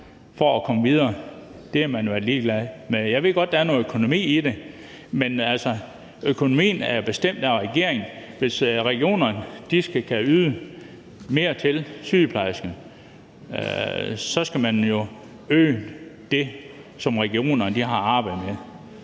for at komme videre, har man været ligeglade med. Jeg ved godt, at der er noget økonomi i det, men altså, økonomien er bestemt af regeringen. Hvis regionerne skal kunne yde mere til sygeplejerskerne, skal man jo øge det, som regionerne har at arbejde med,